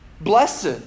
Blessed